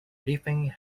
leaving